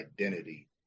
identity